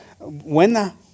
buena